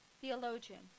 theologian